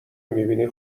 میبینی